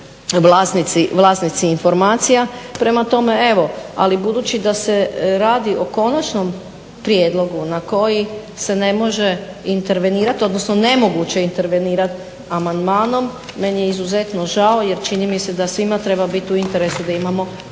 vlasnici informacija. Prema tome, evo. Ali budući da se radi o konačnom prijedlogu na koji se ne može intervenirati, odnosno nemoguće je intervenirati amandmanom meni je izuzetno žao jer čini mi se da svima treba biti u interesu da imamo kvalitetne